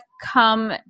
come